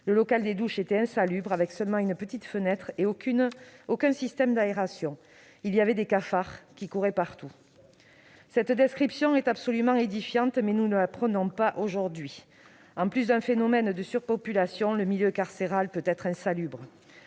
le local des douches était insalubre avec seulement une petite fenêtre et aucun système d'aération ; des cafards couraient partout. Cette description est absolument édifiante, mais nous ne l'apprenons pas aujourd'hui. En plus d'un phénomène de surpopulation, le milieu carcéral est insalubre.